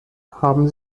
haben